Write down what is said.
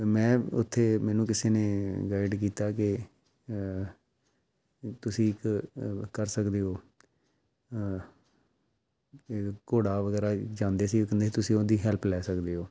ਮੈਂ ਉੱਥੇ ਮੈਨੂੰ ਕਿਸੇ ਨੇ ਗਾਈਡ ਕੀਤਾ ਕਿ ਤੁਸੀਂ ਇੱਕ ਕਰ ਸਕਦੇ ਹੋ ਘੋੜਾ ਵਗੈਰਾ ਜਾਂਦੇ ਸੀ ਉਹ ਕਹਿੰਦੇ ਤੁਸੀਂ ਉਹਨਾਂ ਦੀ ਹੈਲਪ ਲੈ ਸਕਦੇ ਹੋ